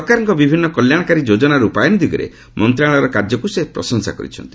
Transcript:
ସରକାରଙ୍କ ବିଭିନ୍ନ କଲ୍ୟାଣକାରୀ ଯୋଜନା ରୂପାୟନ ଦିଗରେ ମନ୍ତ୍ରଣାଳୟର କାର୍ଯ୍ୟକୁ ସେ ପ୍ରଶଂସା କରିଛନ୍ତି